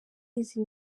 izi